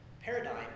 paradigm